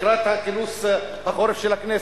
לקראת כינוס החורף של הכנסת,